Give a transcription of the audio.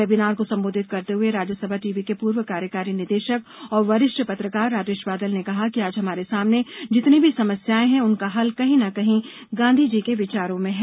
webinar को संबोधित करते हुए राज्य सभा टीवी के पूर्व कार्यकारी निदेशक और वरिष्ठ पत्रकार राजेश बादल ने कहा कि आज हमारे सामने जितनी भी समस्याएं है उनका हल कहीं ना कहीं गांधीजी के विचारों में हैं